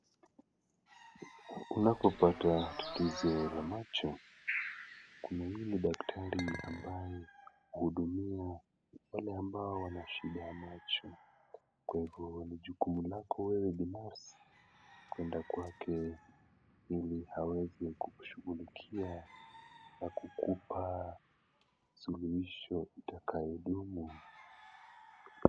Unapopata tatizo la macho, kuna yule daktari ambaye huhudumia wale ambao wana shida ya macho. Kwa hivyo ni jukumu lako wewe binafsi kwenda kwake ili aweze kukushughulikia na kukupa suluhisho itakayodumu.